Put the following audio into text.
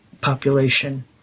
population